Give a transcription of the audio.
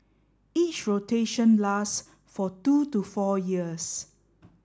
each rotation last for two to four years